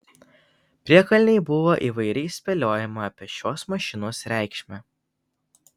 priekalnėj buvo įvairiai spėliojama apie šios mašinos reikšmę